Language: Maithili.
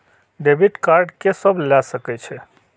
डेबिट कार्ड के सब ले सके छै?